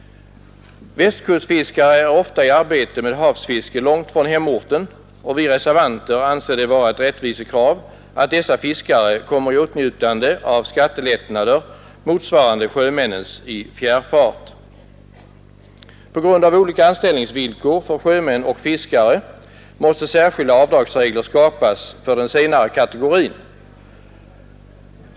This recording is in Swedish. Västkustfiskare är ofta i arbete med havsfiske långt från hemorten, och vi reservanter anser det vara ett rättvisekrav att dessa fiskare kommer i åtnjutande av skattelättnader motsvarande sjömännens i fjärrfart. På grund av olika anställningsvillkor för sjömän och fiskare måste särskilda avdragsregler skapas för den senare kategorin.